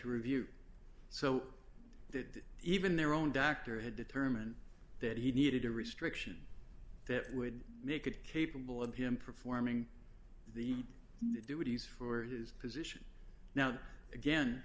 to review so that even their own doctor had determined that he needed a restriction that would make it capable of him performing the duties for his position now again